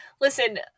Listen